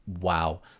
wow